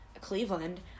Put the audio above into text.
Cleveland